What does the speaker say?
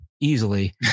easily